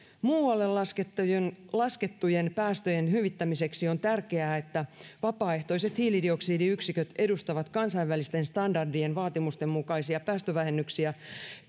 muualle laskettujen laskettujen päästöjen hyvittämiseksi on tärkeää että vapaaehtoiset hiilidioksidiyksiköt edustavat kansainvälisten standardien vaatimusten mukaisia päästövähennyksiä